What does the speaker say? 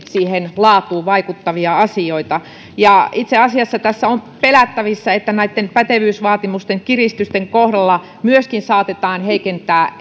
siihen laatuun vaikuttavia asioita itse asiassa tässä on pelättävissä että pätevyysvaatimusten kiristysten kohdalla saatetaan myöskin heikentää